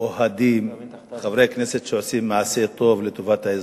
אוהדים, חברי כנסת שעושים מעשה טוב לטובת האזרח.